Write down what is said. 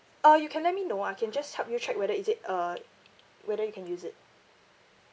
uh you can let me know I can just help you check whether is it uh whether you can use it